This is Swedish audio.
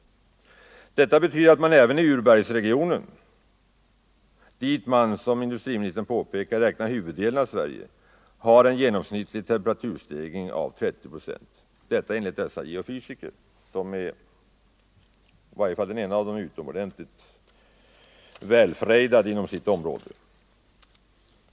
Detta betyder att man även i urbergsregionen, dit man som industriministern påpekar räknar huvuddelen av Sverige, i regel har en genomsnittlig temperaturstegring av 30 procent. Detta enligt geofysiker, av vilka i varje fall den ene är utomordentligt välfrejdad inom sitt område.